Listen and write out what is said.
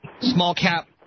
small-cap